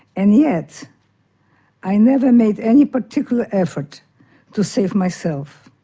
and yet i never made any particular effort to save myself.